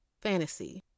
fantasy